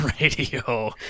Radio